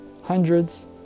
hundreds